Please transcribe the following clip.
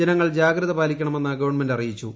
ജനങ്ങൾ ജാഗ്രത പാലിക്കണമെന്ന് ഗവണ്മെന്റ് അറിയിച്ചു